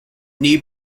knee